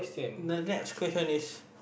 the next question is